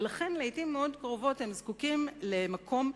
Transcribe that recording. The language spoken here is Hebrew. ולכן לעתים קרובות מאוד הם זקוקים למקום משלהם.